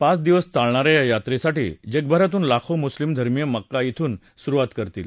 पाच दिवस चालणाऱ्या या यात्रेसाठी जगभरातून लाखो मुस्लीम धर्मीय मक्का श्रून सुरुवात करतील